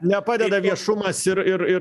nepadeda viešumas ir ir ir